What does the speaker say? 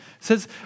says